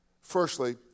Firstly